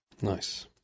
Nice